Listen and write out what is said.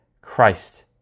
Christ